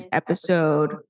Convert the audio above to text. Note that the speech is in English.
episode